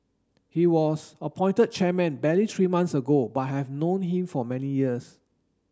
he was appointed chairman barely three months ago but I have known him for many years